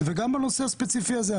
במיוחד בנושא הספציפי הזה.